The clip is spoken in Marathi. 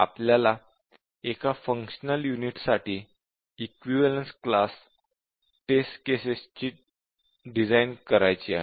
आपल्याला एका फंक्शनल युनिटसाठी इक्विवलेन्स क्लास टेस्ट केसेस ची डिझाईन करायची आहे